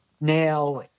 now